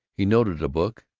he noted a book,